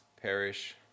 perish